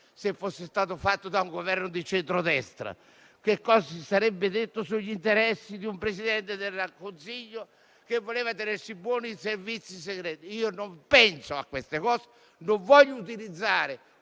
ciò fosse stato fatto da un Governo di centrodestra, che cosa si sarebbe detto sugli interessi di un Presidente del Consiglio che voleva tenersi buoni i servizi segreti. Io non penso a queste cose e non voglio utilizzare